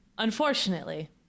unfortunately